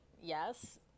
yes